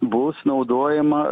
bus naudojama